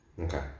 Okay